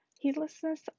Heedlessness